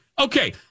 Okay